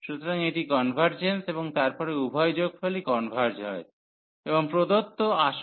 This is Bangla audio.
সুতরাং এটি কনভার্জেন্স এবং তারপরে উভয় যোগফলই কনভার্জ হয় এবং প্রদত্ত আসল ইন্টিগ্রালটিও কনভার্জ করে